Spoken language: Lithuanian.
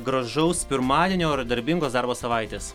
gražaus pirmadienio ir darbingos darbo savaitės